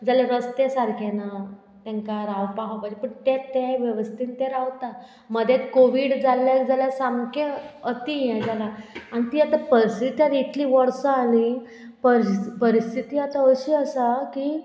जाल्यार रस्ते सारकें ना तेंकां रावपाक पूण तें तें वेवस्थेन तें रावता मदें कोवीड जाल्लें जाल्यार सामकें अती हें जालां ती आतां परिस्थिती आतां इतली वर्सां न्ही परि परिस्थिती आतां अशी आसा की